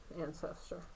ancestor